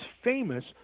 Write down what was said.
famous